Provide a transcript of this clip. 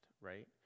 right